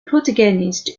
protagonist